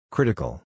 Critical